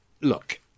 look